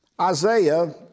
Isaiah